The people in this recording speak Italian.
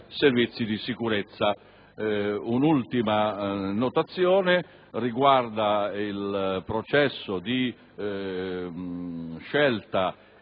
Un'ultima notazione riguarda il processo di scelta